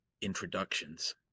introductions